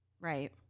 right